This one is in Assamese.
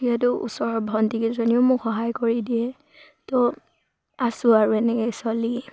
যিহেতু ওচৰৰ ভণ্টিকেইজনীয়েও মোক সহায় কৰি দিয়ে ত' আছোঁ আৰু এনেকেই চলি